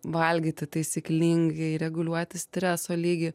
valgyti taisyklingai reguliuoti streso lygį